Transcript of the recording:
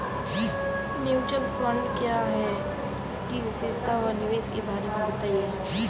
Mutual fund क्या है इसकी विशेषता व निवेश के बारे में बताइये?